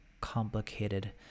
complicated